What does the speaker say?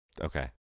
Okay